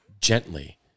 gently